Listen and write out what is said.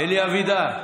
אלי אבידר,